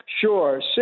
Sure